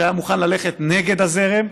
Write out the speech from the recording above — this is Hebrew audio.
שהיה מוכן ללכת נגד הזרם,